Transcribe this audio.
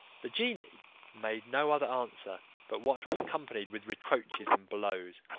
the genie made no other answer but what was accompanied with reproaches and blows,